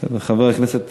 חבר הכנסת